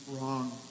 wrong